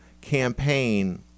campaign